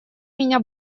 меня